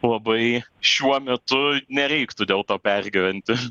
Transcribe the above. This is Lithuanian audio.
labai šiuo metu nereiktų dėl to pergyventi